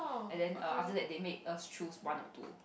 and then err after that they made us choose one of two